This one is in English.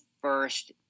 first